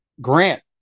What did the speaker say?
Grant